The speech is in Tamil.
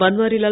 பன்வாரிலால்